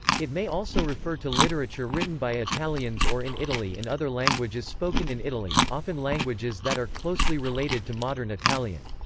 it may also refer to literature written by italians or in italy in other languages spoken in italy, often languages that are closely related to modern italian.